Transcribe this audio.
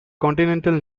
continental